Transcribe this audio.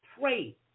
pray